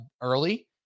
early